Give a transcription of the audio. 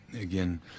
Again